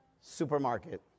supermarket